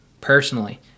personally